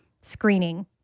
screening